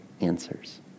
answers